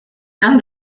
and